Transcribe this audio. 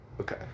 Okay